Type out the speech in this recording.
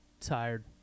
tired